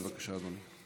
בבקשה, אדוני.